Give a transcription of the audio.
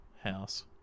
house